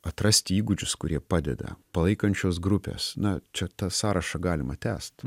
atrasti įgūdžius kurie padeda palaikančios grupės na čia tą sąrašą galima tęst